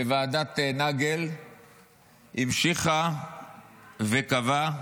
ועדת נגל המשיכה וקבעה: